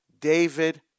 David